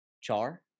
Char